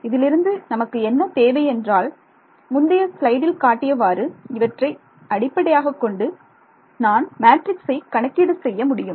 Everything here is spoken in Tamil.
இதிலிருந்து நமக்கு என்ன தேவை என்றால் முந்தைய ஸ்லைடில் காட்டியவாறு இவற்றை அடிப்படையாகக் கொண்டு நான் மேட்ரிக்சை கணக்கீடு செய்ய முடியும்